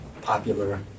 popular